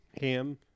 Ham